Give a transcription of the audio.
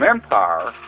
Empire